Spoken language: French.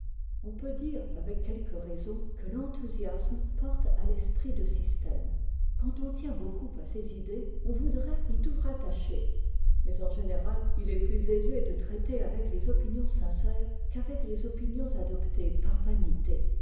on peut dire avec quelque raison que l'enthousiasme porte à l'esprit de système quand on tient beaucoup à ses idées on voudrait y tout rattacher mais en général il est plus aisé de traiter avec les opinions sincères qu'avec les opinions adoptées par vanité